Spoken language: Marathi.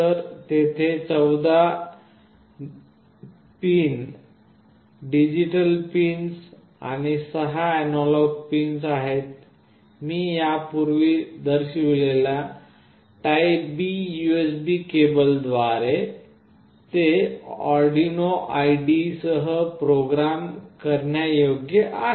तर तेथे 14 डिजिटल पिन आणि 6 अॅनालॉग पिन आहेत आणि मी यापूर्वी दर्शविलेल्या या टाइप बी यूएसबी केबलद्वारे ते आर्डिनो IDE सह प्रोग्राम करण्यायोग्य आहेत